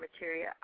material